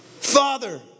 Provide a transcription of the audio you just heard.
Father